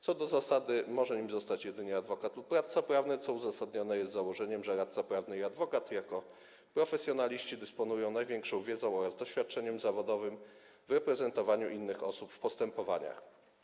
Co do zasady może nim zostać jedynie adwokat lub radca prawny, co uzasadniane jest założeniem, że radca prawny i adwokat jako profesjonaliści dysponują największą wiedzą oraz doświadczeniem zawodowym w reprezentowaniu innych osób w postępowaniach.